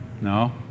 no